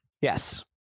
yes